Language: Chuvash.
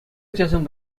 ачасем